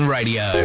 Radio